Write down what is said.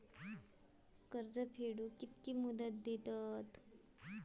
कर्ज फेडूक कित्की मुदत दितात?